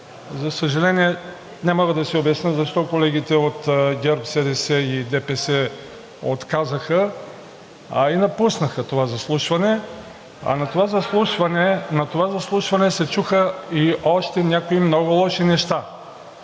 За съжаление, не мога да си обясня защо колегите от ГЕРБ-СДС и ДПС отказаха и напуснаха, а на това изслушване се чуха още някои много лоши неща.